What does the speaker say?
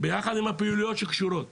ביחד עם הפעילויות שקשורות